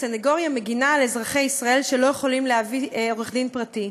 הסנגוריה מגינה על אזרחי ישראל שלא יכולים להביא עורך-דין פרטי,